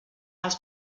els